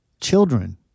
children